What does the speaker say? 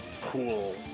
pool